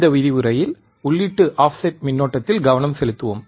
இந்த விரிவுரையில் உள்ளீட்டு ஆஃப்செட் மின்னோட்டத்தில் கவனம் செலுத்துவோம்